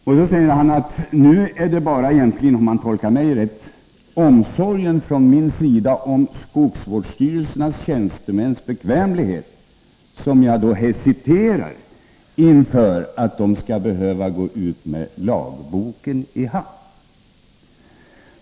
Sedan säger han att det egentligen bara är min omsorg om skogsvårdsstyrelsens tjänstemäns bekvämlighet som gör att jag nu hesiterar inför att dessa inte skall behöva gå med lagboken i handen.